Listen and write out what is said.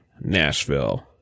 Nashville